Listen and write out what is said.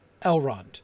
Elrond